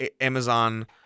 Amazon